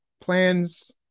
plans